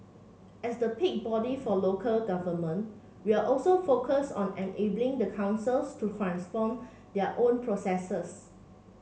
as the peak body for local government we're also focused on enabling the councils to transform their own processes